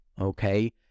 okay